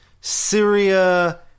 Syria